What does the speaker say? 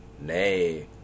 Nay